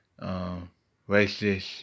racist